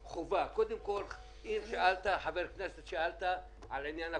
חבר הכנסת ברקת, שאלת על עניין הקורונה.